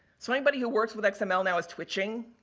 so, anybody who works with like xml now is twitching